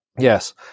Yes